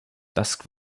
dusk